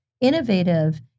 Innovative